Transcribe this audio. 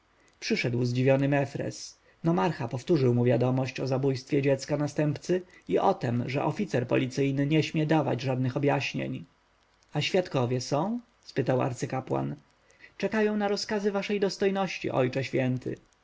przyszedł zdziwiony mefres nomarcha powtórzył mu wiadomość o zabójstwie dziecka następcy i o tem że oficer policyjny nie śmie dawać żadnych objaśnień a świadkowie są spytał arcykapłan czekają na rozkazy waszej dostojności ojcze święty